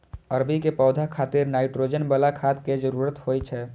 अरबी के पौधा खातिर नाइट्रोजन बला खाद के जरूरत होइ छै